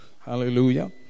Hallelujah